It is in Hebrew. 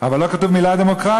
אבל לא כתובה מילה על דמוקרטיה.